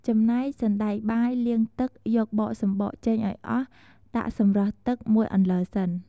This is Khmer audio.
ចំណែកសណ្ដែកបាយលាងទឹក យកបកសម្បកចេញឱ្យអស់ ដាក់សម្រស់ទុកមួយអន្លើសិន ។